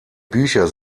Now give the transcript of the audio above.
bücher